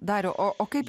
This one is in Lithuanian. dariau o o kaip